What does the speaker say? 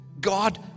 God